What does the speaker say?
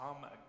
come